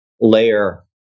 layer